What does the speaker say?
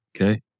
Okay